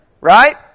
Right